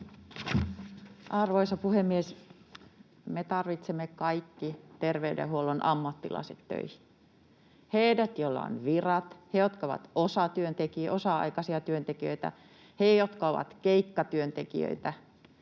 Arvoisa puhemies! Me tarvitsemme kaikki terveydenhuollon ammattilaiset töihin: heidät joilla on virat, heidät jotka ovat osa-aikaisia työntekijöitä, heidät jotka ovat keikkatyöntekijöitä,